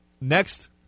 next